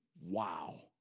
Wow